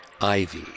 Ivy